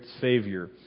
Savior